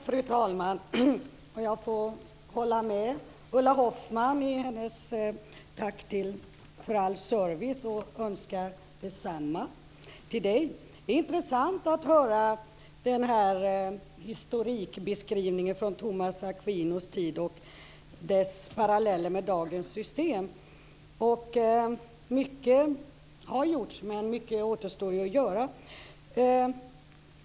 Fru talman! Jag instämmer i Ulla Hoffmanns tack för all service. Jag önskar detsamma till dig. Det är intressant att höra historiebeskrivningen från Thomas Aquinos tid och parallellerna med dagens system. Mycket har gjorts, men mycket återstår också att göra.